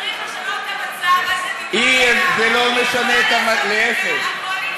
צריך לשנות את המצב הזה, זה לא משנה, להפך.